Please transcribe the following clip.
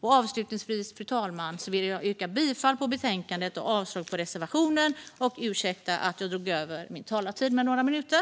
Avslutningsvis, fru talman, vill jag yrka bifall till förslaget i betänkandet och avslag på reservationerna. Jag ber om ursäkt för att jag drog över min talartid med några minuter.